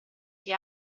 che